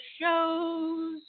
shows